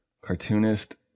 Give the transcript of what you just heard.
cartoonist